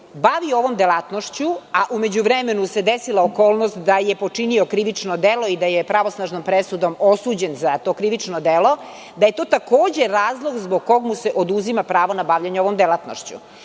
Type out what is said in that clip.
bavi ovom delatnošću, a u međuvremenu se desila okolnost da je počinio krivično delo i da je pravosnažnom presudom osuđen za to krivično delo, da je to takođe razlog zbog kog mu se oduzima pravo na bavljenje ovom delatnošću. Sada